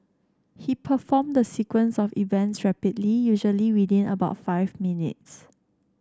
he performed the sequence of events rapidly usually within about five minutes